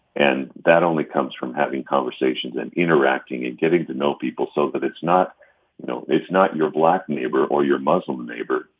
and that only comes from having conversations and interacting and getting to know people so that it's not you know, it's not your black neighbor or your muslim neighbor.